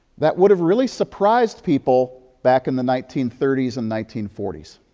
that would have really surprised people back in the nineteen thirty s and nineteen forty s.